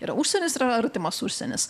yra užsienis yra artimas užsienis